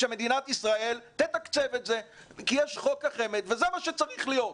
שמדינת ישראל תתקצב את זה כי יש חוק החמ"ד וזה מה שצריך להיות.